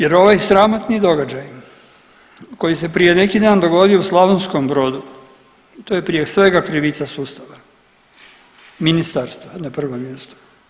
Jer ovaj sramotni događaj koji se prije neki dan dogodio u Slavonskom Brodu to je prije svega krivica sustava, ministarstva na prvom mjestu.